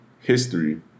history